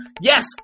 Yes